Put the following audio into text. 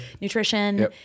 nutrition